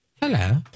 hello